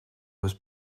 was